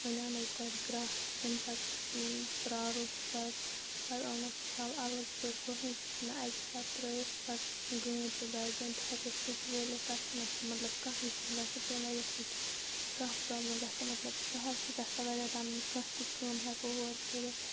وَنہِ اَنوس گۄڈٕ گرٛکھ أمۍ پَتہٕ پرٛاروس پَتہٕ پَتہٕ اَنو چھاوٕ الگ پٲٹھۍ ہُتھ منٛز چھِ ژھٕنان اَکی ساتہٕ ترٛٲیِتھ پَتہٕ گٲنٛٹہِ دۄیہِ گٲنٛٹہِ ہٮ۪کو سُچ وٲلِتھ تَتھ چھِنہٕ آسان مطلب کانٛہہ یہِ چھِنہٕ گژھان تَمہِ وجہ سۭتۍ چھِنہٕ کانٛہہ پرٛابلِم گژھان مطلب سہل چھِ گژھان واریاہ رَنُن کانٛہہ تہِ کٲم ہٮ۪کو ہورٕ کٔرِتھ